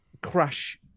crash